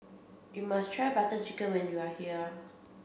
you must try Butter Chicken when you are here